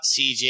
CJ